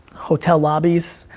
hotel lobbies,